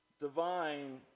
Divine